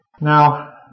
Now